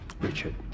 Richard